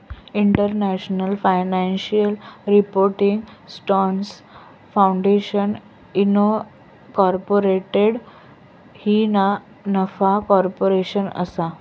international financial reporting standards foundation incorporated ही ना नफा कॉर्पोरेशन असा